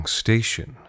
station